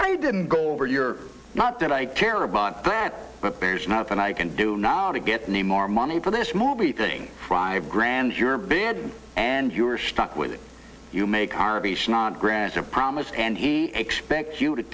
i didn't go over you're not that i care about that but there's nothing i can do now to get me more money for this movie thing fried grand your bed and you're stuck with it you make are not grants are promised and he expects you to